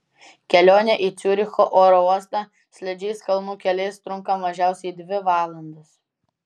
kelionė į ciuricho oro uostą slidžiais kalnų keliais trunka mažiausiai dvi valandas